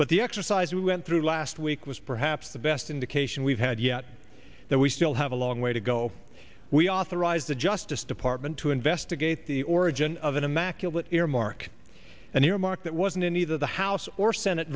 but the exercise we went through last week was perhaps the best indication we've had yet that we still have a long way to go we authorized the justice department to investigate the origin of an immaculate earmark an earmark that wasn't in either the house or senate